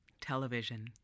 Television